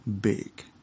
big